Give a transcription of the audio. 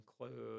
include